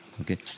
Okay